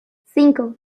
cinco